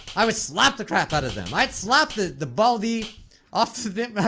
i would slap the crap out of them might slap the the baldy off so i